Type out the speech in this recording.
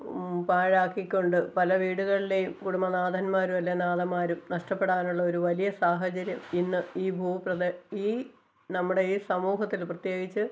പഴാക്കിക്കൊണ്ട് പല വീടുകളിലേയും കുടുംബ നാഥന്മാരുമെല്ലാം നാഥമാരും നഷ്ടപ്പെടാനുള്ള ഒരു വലിയ സാഹചര്യം ഇന്ന് ഈ ഭൂപ്രദേ ഈ നമ്മുടെ ഈ സമൂഹത്തില് പ്രത്യേകിച്ച്